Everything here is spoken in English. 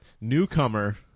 newcomer